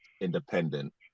independent